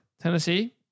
Tennessee